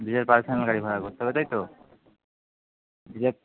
নিজের পার্সোনাল গাড়ি ভাড়া করতে হবে তাই তো ঠিক আছে